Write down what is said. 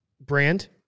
brand